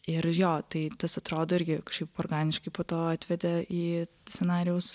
ir jo tai tas atrodo irgi kažkaip organiškai po to atvedė į scenarijaus